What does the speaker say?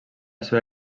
seva